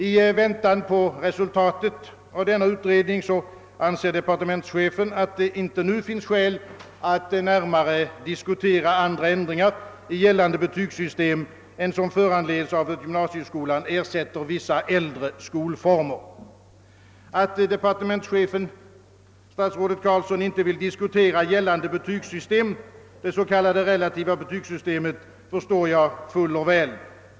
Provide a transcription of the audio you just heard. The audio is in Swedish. Departementschefen anser att det inte finns skäl att i väntan på resultatet av denna utredning närmare diskutera andra ändringar i gällande betygssystem än som föranleds av att gymnasieskolan ersätter vissa äldre skolformer. Att departementschefen — statsrådet Carlsson — inte vill diskutera gällande betygssystem, det s.k. relativa betygssystemet, förstår jag fuller väl.